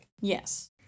Yes